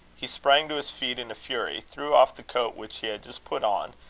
he sprang to his feet in a fury, threw off the coat which he had just put on,